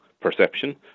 perception